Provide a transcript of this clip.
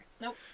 Nope